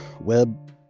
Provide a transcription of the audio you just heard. web